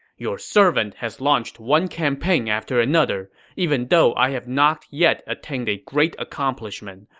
your servant has launched one campaign after another. even though i have not yet attained a great accomplishment,